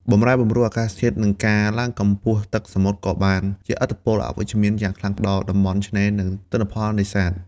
បម្រែបម្រួលអាកាសធាតុ និងការឡើងកម្ពស់ទឹកសមុទ្រក៏បានជះឥទ្ធិពលអវិជ្ជមានយ៉ាងខ្លាំងដល់តំបន់ឆ្នេរ និងទិន្នផលនេសាទ។